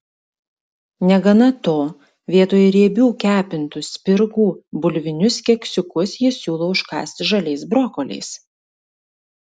negana to vietoj riebių kepintų spirgų bulvinius keksiukus jis siūlo užkąsti žaliais brokoliais